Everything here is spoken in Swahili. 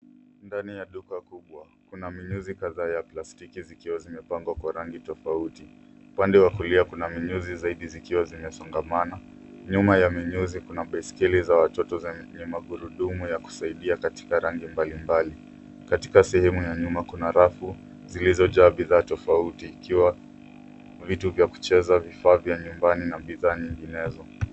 Ndani ya duka kubwa. Kuna minyuzi kadhaa ya plastiki zikiwa zimepangwa kwa rangi tofauti. Upande wa kulia kuna minyuzi zaidi zikiwa zimesongamana. Nyuma ya minyuzi kuna baiskeli za watoto zenye magurudumu ya kusaidia katika rangi mbalimbali. Katika sehemu ya nyuma kuna rafu zilizojaa bidhaa tofauti ikiwa viti vya kucheza, bidhaa vya nyumbani na bidhaa vinginevyo.